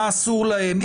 מה אסור להם,